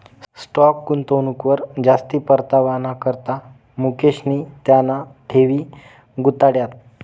stock गुंतवणूकवर जास्ती परतावाना करता मुकेशनी त्याना ठेवी गुताड्यात